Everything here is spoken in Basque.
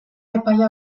epaia